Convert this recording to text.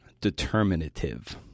Determinative